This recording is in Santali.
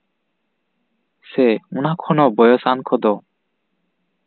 ᱥᱮ ᱚᱱᱟ ᱠᱷᱚᱱ ᱦᱚᱸ ᱵᱚᱭᱚᱥᱟᱱ ᱠᱚᱫᱚ